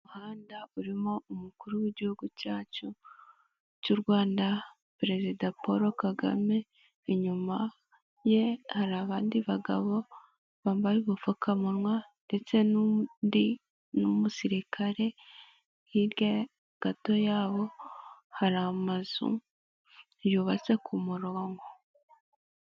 Umuhanda urimo umukuru w'igihugu cyacu cy'u Rwanda perezida Paul Kagame, inyuma ye hari abandi bagabo bambaye ubu pfukamunwa ndetse n'undi, ni umusirikare hirya gato yabo hari amazu yubatse ku murongo.